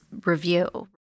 review